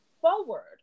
forward